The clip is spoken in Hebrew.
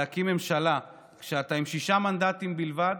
להקים ממשלה כשאתה עם שישה מנדטים בלבד.